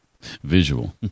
Visual